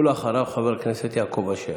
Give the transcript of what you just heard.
אחריו, חבר הכנסת יעקב אשר.